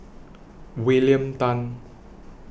William Tan